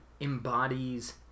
embodies